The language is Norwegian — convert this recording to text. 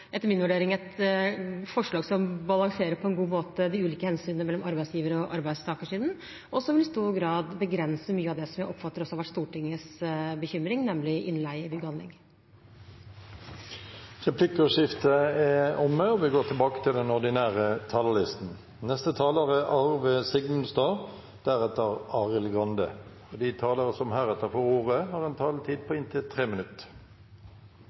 etter min vurdering et forslag som på en god måte balanserer de ulike hensynene mellom arbeidsgiver- og arbeidstakersiden, og som i stor grad begrenser mye av det som jeg oppfatter også har vært Stortingets bekymring, nemlig innleie i bygg og anlegg. Replikkordskiftet er omme.